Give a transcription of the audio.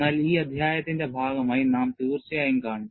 എന്നാൽ ഈ അധ്യായത്തിന്റെ ഭാഗമായി നാം തീർച്ചയായും കാണും